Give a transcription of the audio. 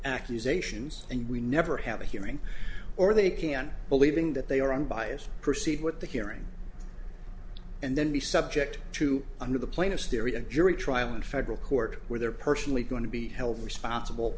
accusations and we never have a hearing or they can believing that they are unbiased proceed with the hearing and then be subject to under the plaintiff's theory a jury trial in federal court where they're personally going to be held responsible